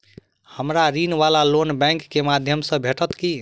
हमरा ऋण वा लोन बैंक केँ माध्यम सँ भेटत की?